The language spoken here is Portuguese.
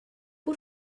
por